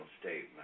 statement